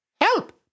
Help